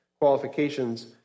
qualifications